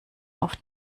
auf